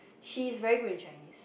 she is very good in Chinese